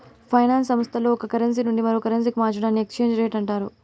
finance సంస్థల్లో ఒక currency నుండి మరో కరెన్సీకి మార్చడాన్ని ఎక్స్చేంజ్ రేట్ అంటారు